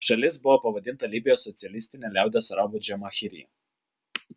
šalis buvo pavadinta libijos socialistine liaudies arabų džamahirija